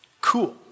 cool